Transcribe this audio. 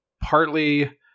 Partly